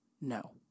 no